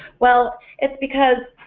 well it's because